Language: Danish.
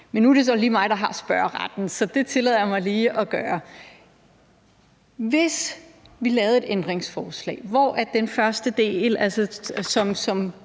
Men nu er det så mig, der har spørgeretten, så det tillader mig lige at gøre. Hvis vi tog den første del i